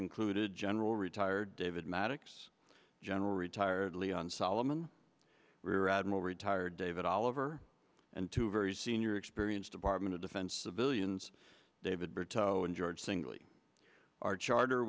included general retired david maddox general retired leon solomon rear admiral retired david oliver and two very senior experienced department of defense civilians david berto and george singley our charter